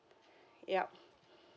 yup